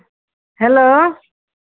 hello